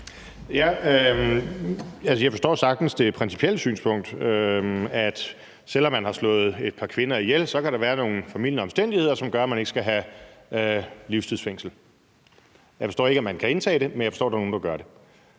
jeg forstår sagtens det principielle synspunkt, at selv om man har slået et par kvinder ihjel, så kan der være nogle formildende omstændigheder, som gør, at man ikke skal have livstidsstraf. Jeg forstår ikke, at man kan indtage det synspunkt, men jeg forstår, at der er nogle, der gør det.